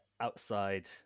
outside